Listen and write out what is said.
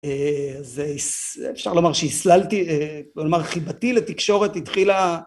אז אפשר לומר שהסללתי, כלומר חיבתי לתקשורת התחילה...